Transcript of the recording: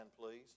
please